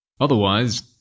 Otherwise